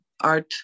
art